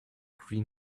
green